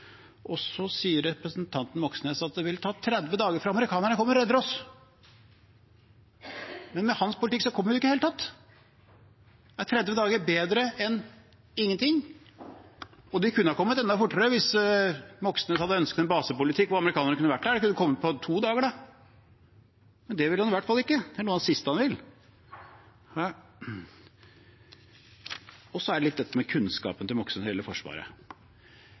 Så sier representanten Moxnes at det vil ta 30 dager før amerikanerne kommer og redder oss. Men med hans politikk kommer de jo ikke i det hele tatt. Er 30 dager bedre enn ingenting? De kunne ha kommet enda fortere hvis Moxnes hadde ønsket en basepolitikk og amerikanerne kunne vært her. De kunne kommet på to dager da. Men det vil han i hvert fall ikke. Det er noe av det siste han vil. Så er det dette med kunnskapen til Moxnes når det gjelder Forsvaret.